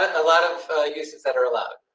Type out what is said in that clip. a lot of uses that are allowed.